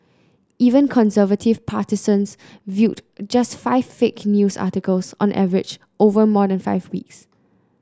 even conservative partisans viewed just five fake news articles on average over more than five weeks